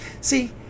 See